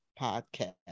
Podcast